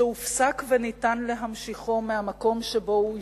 שהופסק וניתן להמשיכו מהמקום שבו הוא הופסק,